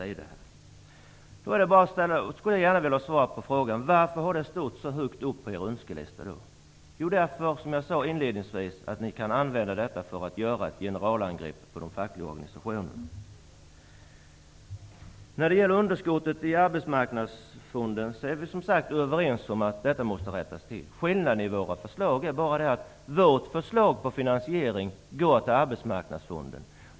Varför har det stått så högt upp på era önskelistor? Jo, därför att ni kan använda detta för att göra ett generalangrepp på de fackliga organisationerna. Vi är överens om att underskottet i Arbetsmarknadsfonden måste rättas till. Skillnaden mellan våra förslag är att med vårt förslag till finansiering går pengarna till Arbetsmarknadsfonden.